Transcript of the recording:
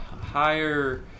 higher